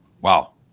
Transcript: Wow